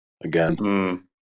again